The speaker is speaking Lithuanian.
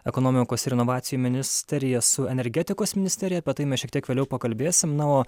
ekonomikos ir inovacijų ministeriją su energetikos ministerija apie tai mes šiek tiek vėliau pakalbėsim na o